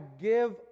give